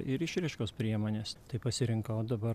ir išraiškos priemonės tai pasirinkau dabar